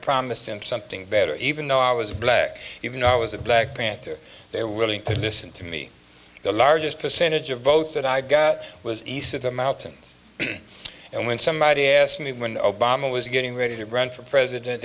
promise to something better even though i was black even though i was a black panther they were willing to listen to me the largest percentage of votes that i got was east of the mountains and when somebody asked me when obama was getting ready to run for president